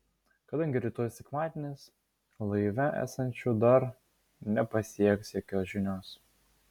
kadangi rytoj sekmadienis laive esančių dar nepasieks jokios žinios